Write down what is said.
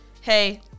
hey